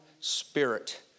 spirit